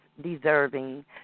deserving